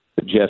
Jeff